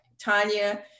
Tanya